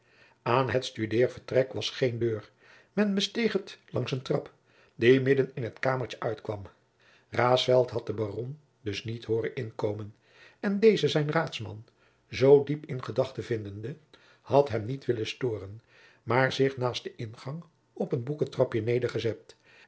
aan het studeervertrek was geen deur men besteeg het langs een trap die midden in het kamertje uitkwam raesfelt had den baron dus niet hooren inkomen en deze zijn raadsman zoo diep in gedachten vindende had hem niet willen storen maar zich naast den ingang op een boekentrapje nedergezet